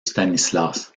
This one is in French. stanislas